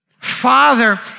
Father